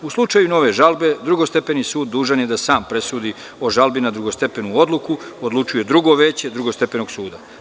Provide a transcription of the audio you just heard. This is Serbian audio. U slučaju nove žalbe, drugostepeni sud dužan je da sam presudi o žalbi na drugostepenu odluku, odlučuje drugo veće drugostepenog suda.